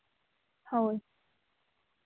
ᱦᱳᱭ